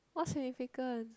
what significance